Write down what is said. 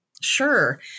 Sure